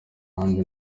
handi